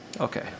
Okay